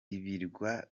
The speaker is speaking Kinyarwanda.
ibirwa